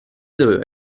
doveva